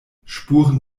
spuren